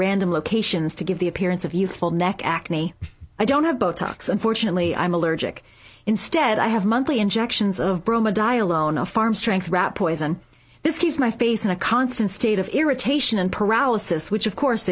random locations to give the appearance of youthful neck acne i don't have botox unfortunately i'm allergic instead i have monthly injections of brahma die alone a farm strength rat poison this keeps my face in a constant state of irritation and paralysis which of course